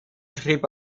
schrieb